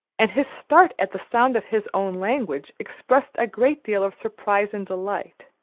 and his start at the sound of his own language expressed a great deal of surprise and delight.